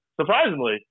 surprisingly